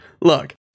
look